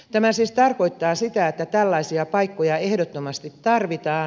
tämä siis tarkoittaa sitä että tällaisia paikkoja ehdottomasti tarvitaan